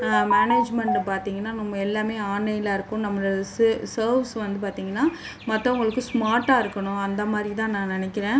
management பார்த்தீங்கன்னா நம்ம எல்லாமே ஆன்லைனாக இருக்கும் நம்மளோட ஸ சர்வ்ஸ் வந்து பார்த்தீங்கன்னா மற்றவங்களுக்கு ஸ்மார்டாக இருக்கணும் அந்த மாதிரி தான் நான் நினைக்குறேன்